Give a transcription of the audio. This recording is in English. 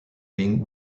wing